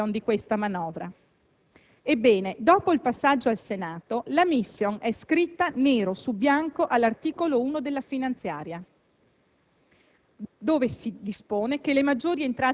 Molti dicono che non si vede la *mission* di questa manovra. Ebbene, dopo il passaggio al Senato, la *mission* è scritta nero su bianco all'articolo 1 della finanziaria,